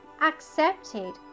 accepted